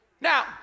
Now